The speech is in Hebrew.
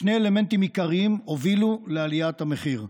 שני אלמנטים עיקריים הובילו לעליית המחיר,